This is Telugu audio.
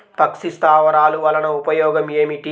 పక్షి స్థావరాలు వలన ఉపయోగం ఏమిటి?